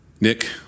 Nick